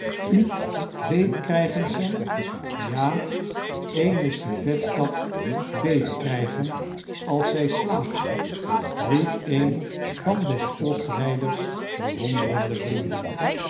u beetkrijgen sem ja eene civetkat beetkrjjgen als zij slaapt riep een van des postrijders bewonderende vrienden